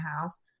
house